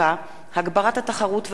(תיקוני חקיקה) (הגברת התחרות והחינוך),